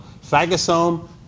phagosome